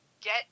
get